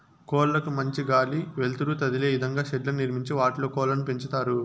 కోళ్ళ కు మంచి గాలి, వెలుతురు తదిలే ఇదంగా షెడ్లను నిర్మించి వాటిలో కోళ్ళను పెంచుతారు